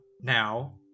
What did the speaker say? now